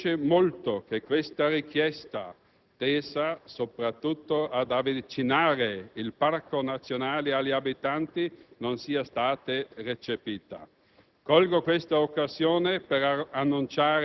Il nostro intento era garantire i rapporti di lavoro dei dipendenti, le misure già introdotte, nonché il rapporto complessivo sull'attività svolta.